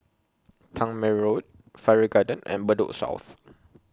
Tangmere Road Farrer Garden and Bedok South